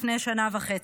לפני שנה וחצי.